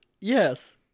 Yes